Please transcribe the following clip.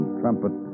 trumpet